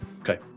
okay